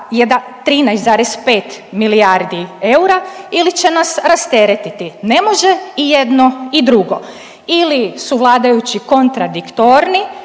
za 13,5 milijardi eura ili će nas rasteretiti, ne može i jedno i drugo. Ili su vladajući kontradiktorni